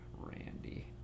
Randy